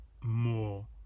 more